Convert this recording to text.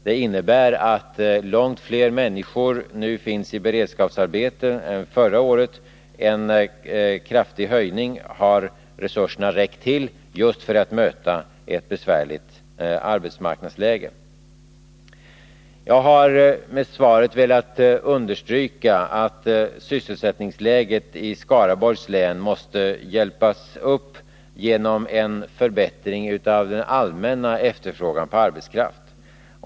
Det innebär att det nu finns långt fler människor i beredskapsarbete än förra året. Resurserna har räckt till kraftig höjning, just för att möta ett besvärligt arbetsmarknadsläge. Jag har med svaret velat understryka att sysselsättningsläget i Skaraborgs län måste hjälpas upp genom en förbättring av den allmänna efterfrågan på arbetskraft.